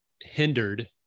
hindered